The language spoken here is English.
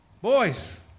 Boys